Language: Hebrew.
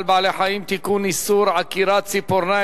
אם כן, רבותי, זה יועבר לוועדת הכנסת, אני מבין.